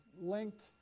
linked